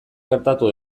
gertatu